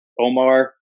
Omar